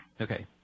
Okay